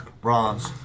Bronze